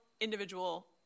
individual